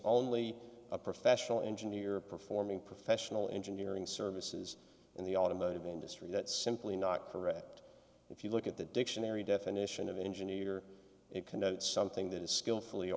only a professional engineer performing professional engineering services in the automotive industry that's simply not correct if you look at the dictionary definition of engineer it connotes something that is skillfully